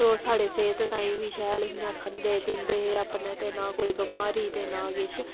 ओह् साढ़ी सेह्त ताईं बी शैल हियां खंदे पींदे हे अपने ते ना कोई बमारी ते ना किश